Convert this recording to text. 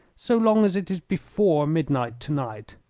so long as it is before midnight to-night.